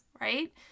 right